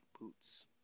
boots